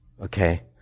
Okay